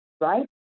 Right